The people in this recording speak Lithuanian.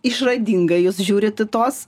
išradingai jūs žiūrit į tuos